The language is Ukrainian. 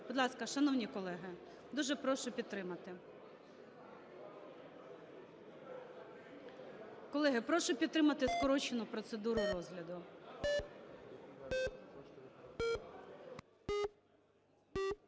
Будь ласка, шановні колеги, дуже прошу підтримати. Колеги, прошу підтримати скорочену процедуру розгляду.